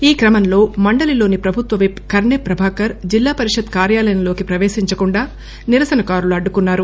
ఈ క్రమంలో మండలీలోని ప్రభుత్వ విప్ కర్నె ప్రభాకర్ జిల్లా పరిషత్ కార్యాలయంలోకి ప్రవేశించకుండా నిరసనకారులు అడ్డుకున్నారు